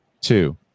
two